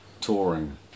touring